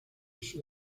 sud